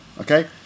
Okay